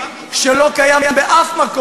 זה שוק משוכלל, שם, שהתחרות היא אבן יסוד